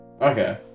Okay